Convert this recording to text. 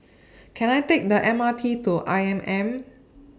Can I Take The M R T to I M M